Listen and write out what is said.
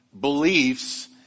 beliefs